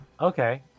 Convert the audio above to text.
okay